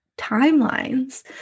timelines